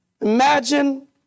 Imagine